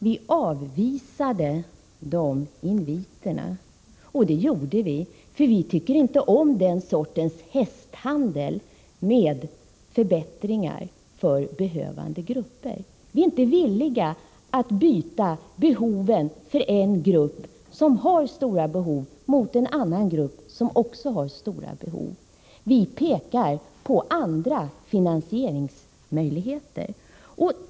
Vi avvisade de inviterna, för vi tycker inte om den sortens hästhandel med förbättringar för behövande grupper. Vi är inte villiga att byta behoven för en grupp, som har stora behov, mot behoven inom en annan grupp som också har stora behov. Vi pekar på andra finansieringsmöjligheter.